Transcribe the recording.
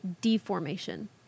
deformation